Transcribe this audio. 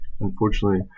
Unfortunately